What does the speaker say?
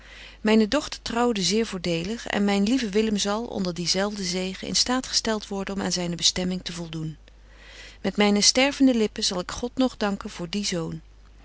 myne dochter trouwde zeer voordelig en myn lieve willem zal onder dien zelfden zegen in staat gestelt worden om aan zyne bestemming te voldoen met myne stervende lippen zal ik god nog danken voor dien zoon